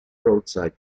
broadside